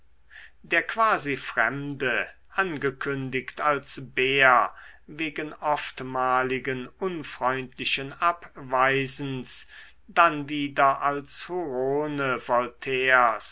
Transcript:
der quasi fremde angekündigt als bär wegen oftmaligen unfreundlichen abweisens dann wieder als hurone voltaires